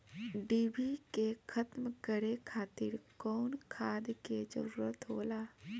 डिभी के खत्म करे खातीर कउन खाद के जरूरत होला?